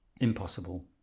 impossible